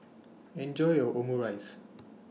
Enjoy your Omurice